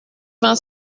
vingt